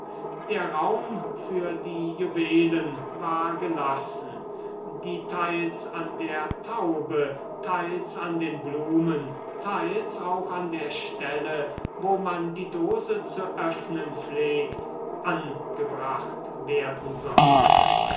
der raum für die juwelen war gelassen die teils an der taube teils an den blumen teils auch an der stelle wo man die dose zu öffnen pflegt angebracht werden sollten